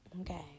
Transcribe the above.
okay